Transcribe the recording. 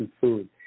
food